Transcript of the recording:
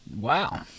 wow